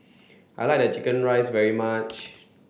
I like chicken rice very much